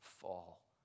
fall